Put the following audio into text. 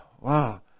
Wow